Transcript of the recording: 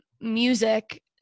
music